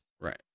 Right